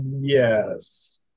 Yes